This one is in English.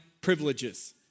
privileges